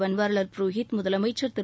பன்வாரிவால் புரோகித் முதலமமச்சர் திரு